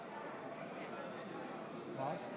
בעד שלי טל מירון,